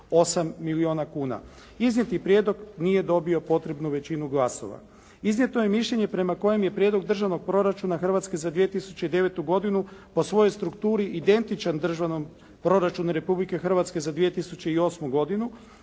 168 milijuna kuna. Iznijeti prijedlog nije dobio potrebnu većinu glasova. Iznijeto je mišljenje prema kojem je prijedlog Državnog proračuna Hrvatske za 2009. godinu po svojoj strukturi identičan Državnom proračunu Republike Hrvatske za 2008. godinu